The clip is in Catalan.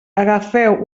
agafeu